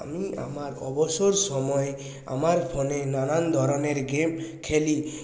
আমি আমার অবসর সময়ে আমার ফোনে নানান ধরনের গেম খেলি